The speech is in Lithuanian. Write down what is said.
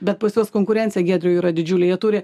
bet pas juos konkurencija giedriau yra didžiulė jie turi